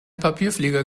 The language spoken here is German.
papierflieger